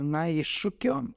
na iššūkių